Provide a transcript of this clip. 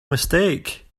mistake